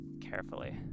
Carefully